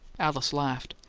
alice laughed.